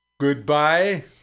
goodbye